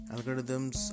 Algorithms